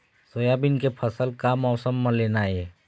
Soybean के फसल का मौसम म लेना ये?